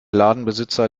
ladenbesitzer